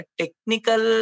technical